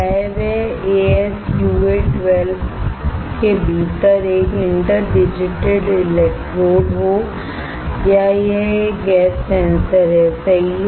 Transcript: चाहे वह ASUA 12 कुए के भीतर एक इंटर डिजिटेड इलेक्ट्रोड है या यह एक गैस सेंसर हैसही है